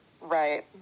Right